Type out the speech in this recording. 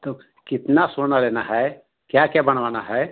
तब कितना सोना लेना है क्या क्या बनवाना है